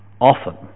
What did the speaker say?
Often